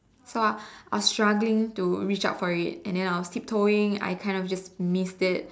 so I was struggling to reach out for it and then I was tip toeing I kind of just missed it